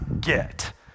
get